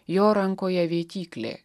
jo rankoje vėtyklė